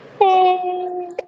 Hey